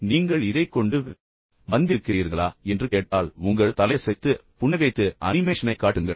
எனவே நீங்கள் இதைக் கொண்டு வந்திருக்கிறீர்களா எனவே ஆம் ஐயா என்று சொல்வதற்குப் பதிலாக உங்கள் தலையசைத்து புன்னகைத்து அனிமேஷனைக் காட்டுங்கள்